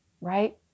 Right